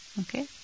Okay